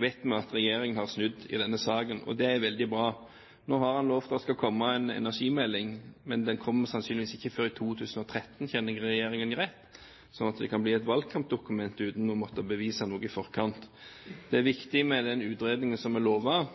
vet vi at regjeringen har snudd i denne saken, og det er veldig bra. Nå har han lovet at det skal komme en energimelding, men den kommer sannsynligvis ikke før i 2013, kjenner jeg regjeringen rett, slik at det kan bli et valgkampdokument uten å måtte bevise noe i forkant. Det er viktig med den utredningen som er lovet,